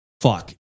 Fuck